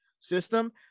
system